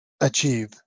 achieve